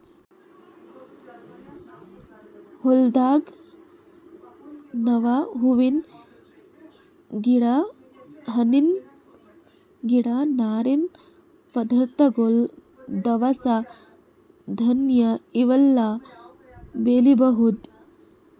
ಹೊಲ್ದಾಗ್ ನಾವ್ ಹೂವಿನ್ ಗಿಡ ಹಣ್ಣಿನ್ ಗಿಡ ನಾರಿನ್ ಪದಾರ್ಥಗೊಳ್ ದವಸ ಧಾನ್ಯ ಇವೆಲ್ಲಾ ಬೆಳಿಬಹುದ್